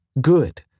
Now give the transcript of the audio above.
Good